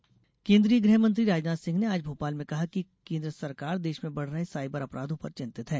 cyber crime केन्द्रीय गृह मंत्री राजनाथ सिंह ने आज भोपाल में कहा कि केन्द्र सरकार देश में बढ़ रहे साइबर अपराधों पर चिंतित है